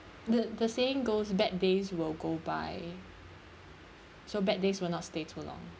the the saying goes bad days will go by so bad days will not stay too long